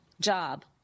job